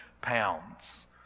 pounds